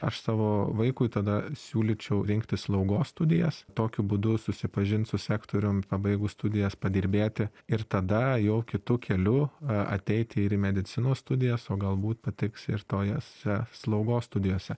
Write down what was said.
aš savo vaikui tada siūlyčiau rinktis slaugos studijas tokiu būdu susipažins su sektorium pabaigus studijas padirbėti ir tada jau kitu keliu a ateit ir į medicinos studijas o galbūt patiks ir tojse slaugos studijose